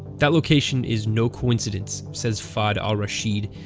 that location is no coincidence, says fahd al rasheed,